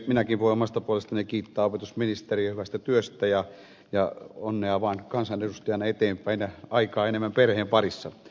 minäkin voin omasta puolestani kiittää opetusministeriä hyvästä työstä ja onnea vaan kansanedustajana eteenpäin ja aikaa enemmän perheen parissa